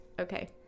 okay